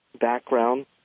background